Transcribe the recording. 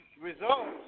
results